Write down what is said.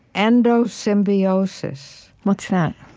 endosymbiosis what's that?